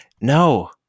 No